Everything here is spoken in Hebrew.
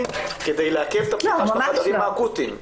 כדי לעכב את הפתיחה של החדרים האקוטיים --- לא,